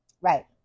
right